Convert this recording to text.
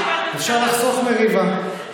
אפשר לחסוך מריבה,